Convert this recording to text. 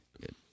Good